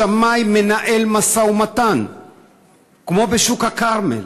השמאי מנהל משא-ומתן כמו בשוק הכרמל,